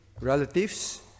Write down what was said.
relatives